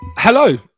Hello